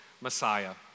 Messiah